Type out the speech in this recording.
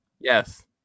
Yes